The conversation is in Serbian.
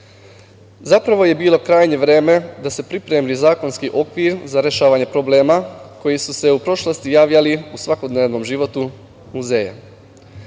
slično. Zapravo je bilo krajnje vreme da se pripremi zakonski okvir za rešavanje problema koji su se u prošlosti javljali u svakodnevnom životu muzeja.